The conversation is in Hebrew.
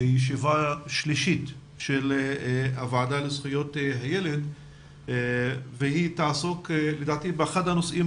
ישיבה שלישית של הוועדה לזכויות הילד והיא תעסוק לדעתי באחד הנושאים